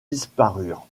disparurent